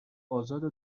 آزاده